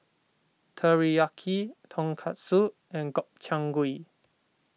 Teriyaki Tonkatsu and Gobchang Gui